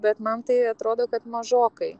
bet man tai atrodo kad mažokai